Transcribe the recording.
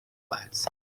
flats